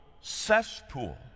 cesspool